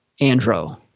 Andro